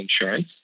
insurance